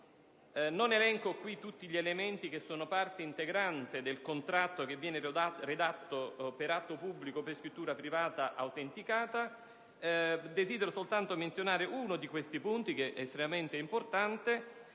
Non elenco tutti gli elementi che sono parte integrante del contratto che viene redatto per atto pubblico o per scrittura privata autenticata. Desidero menzionare soltanto uno di questi punti, che è estremamente importante: